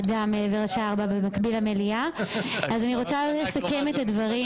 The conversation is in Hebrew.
מעבר לשעה 16:00. אני רוצה לסכם את הדברים